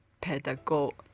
pedagogy